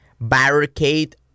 barricade